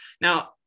now